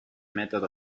method